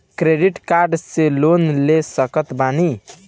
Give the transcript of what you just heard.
Credit card से loan ले सकत बानी?